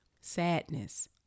sadness